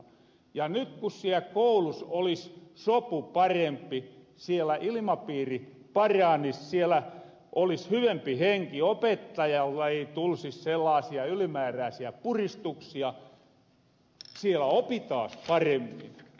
nyt kun siel koulus olis sopu parempi siellä ilmapiiri paranis siellä olis hyvempi henki opettajalle ei tulisi sellaasia ylimäärääsiä puristuksia siellä opitaas paremmin